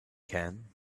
can